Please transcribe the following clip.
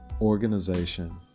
organization